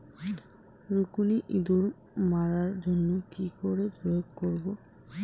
রুকুনি ইঁদুর মারার জন্য কি করে প্রয়োগ করব?